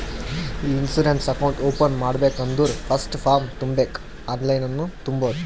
E insurance account open ಮಾಡ್ಬೇಕ ಅಂದುರ್ first form ತುಂಬಬೇಕ್ ಆನ್ಲೈನನ್ನು ತುಂಬೋದು